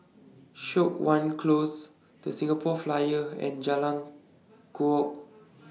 Siok Wan Close The Singapore Flyer and Jalan Kukoh